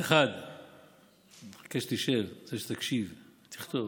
אני מחכה שתשב, אני רוצה שתקשיב, תכתוב.